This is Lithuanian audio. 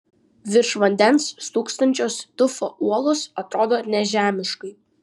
virš vandens stūksančios tufo uolos atrodo nežemiškai